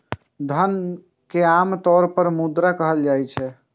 धन कें आम तौर पर मुद्रा कहल जाइ छै